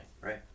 Right